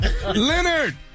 Leonard